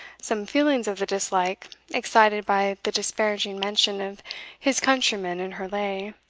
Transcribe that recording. some feelings of the dislike excited by the disparaging mention of his countrymen in her lay